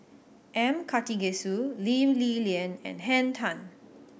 M Karthigesu Lee Li Lian and Henn Tan